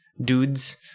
dudes